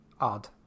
odd